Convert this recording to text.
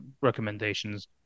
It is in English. recommendations